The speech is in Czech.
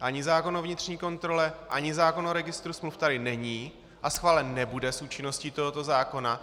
Ani zákon o vnitřní kontrole ani zákon o registru smluv tady není a schválen nebude s účinností tohoto zákona.